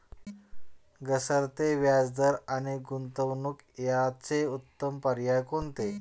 घसरते व्याजदर आणि गुंतवणूक याचे उत्तम पर्याय कोणते?